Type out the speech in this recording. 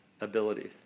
abilities